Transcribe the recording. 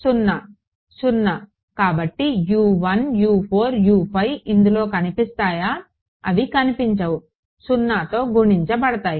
0 కాబట్టి ఇందులో కనిపిస్తాయా అవి కనిపించవు 0తో గుణించబడతాయి